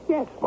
Yes